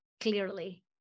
clearly